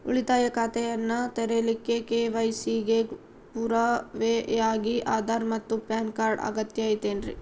ಉಳಿತಾಯ ಖಾತೆಯನ್ನ ತೆರಿಲಿಕ್ಕೆ ಕೆ.ವೈ.ಸಿ ಗೆ ಪುರಾವೆಯಾಗಿ ಆಧಾರ್ ಮತ್ತು ಪ್ಯಾನ್ ಕಾರ್ಡ್ ಅಗತ್ಯ ಐತೇನ್ರಿ?